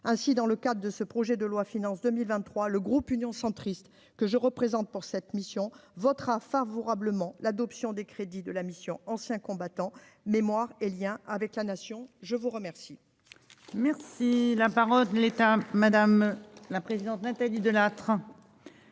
ainsi dans le cadre de ce projet de loi finances 2023, le groupe Union centriste que je représente pour cette mission votera favorablement l'adoption des crédits de la mission Anciens combattants, mémoire et Liens avec la nation, je vous remercie.